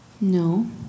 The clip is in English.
No